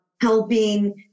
helping